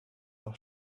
auch